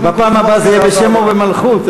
בפעם הבאה זה יהיה בשם ובמלכות,